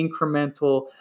incremental